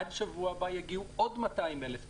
ועד שבוע הבא יגיעו עוד 200,000 טון.